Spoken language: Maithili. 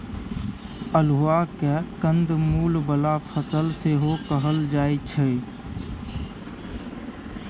अल्हुआ केँ कंद मुल बला फसल सेहो कहल जाइ छै